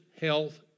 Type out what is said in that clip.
health